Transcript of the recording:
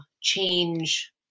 change